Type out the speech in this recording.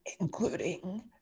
including